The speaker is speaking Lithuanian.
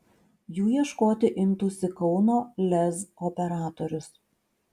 jų ieškoti imtųsi kauno lez operatorius